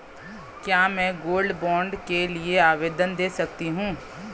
क्या मैं gold bond के लिए आवेदन दे सकती हूँ?